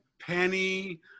penny